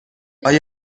آیا